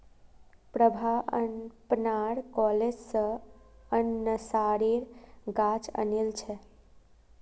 प्रभा अपनार कॉलेज स अनन्नासेर गाछ आनिल छ